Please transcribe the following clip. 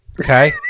Okay